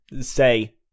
say